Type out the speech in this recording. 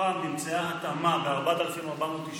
מתוכם נמצאה התאמה ב-4,490